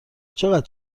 چقدر